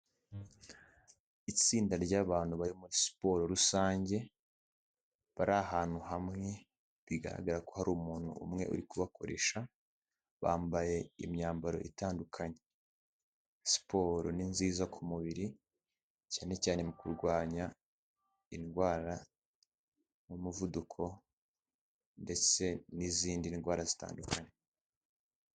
Itsinda ry'abantu bari muri siporo rusange bari ahantu hamwe bigaragara ko hari umuntu umwe uri kubakoresha, bambaye imyambaro itandukanye. Siporo ni nziza ku mubiri cyane cyane mu kurwanya indwara nk'umuvuduko ndetse n'izindi ndwara zitandukanye.